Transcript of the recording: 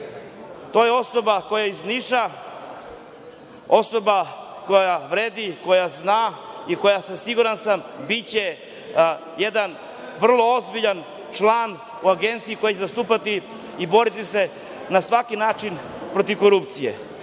To je osoba koja je iz Niša, osoba koja vredi, osoba koja zna i koja je siguran sam biće jedan vrlo ozbiljan član u Agenciji koji će zastupati i boriti se na svaki način protiv korupcije.